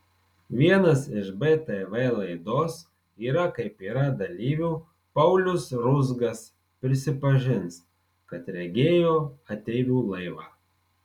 vienas iš btv laidos yra kaip yra dalyvių paulius ruzgas prisipažins kad regėjo ateivių laivą